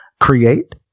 create